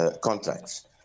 contracts